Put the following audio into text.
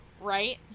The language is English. Right